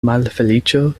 malfeliĉo